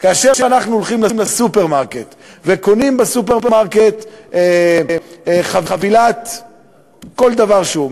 כאשר אנחנו הולכים לסופרמרקט וקונים בו חבילה של כל דבר שהוא,